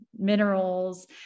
minerals